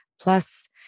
Plus